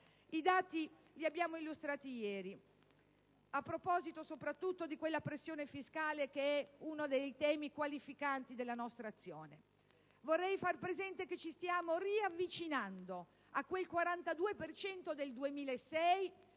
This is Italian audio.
I dati li abbiamo illustrati ieri a proposito di quella pressione fiscale che è uno dei temi qualificanti della nostra azione. Vorrei far presente che ci stiamo riavvicinando a quel 42 per cento